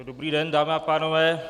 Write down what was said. Dobrý den, dámy a pánové.